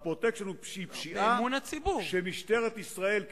ה"פרוטקשן" הוא פשיעה שמשטרת ישראל,